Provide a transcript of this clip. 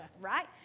right